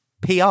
PR